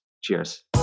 Cheers